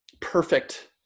perfect